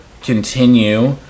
continue